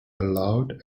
allowed